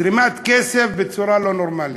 זרימת כסף בצורה לא נורמלית.